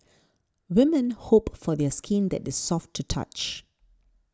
women hope for skin that is soft to the touch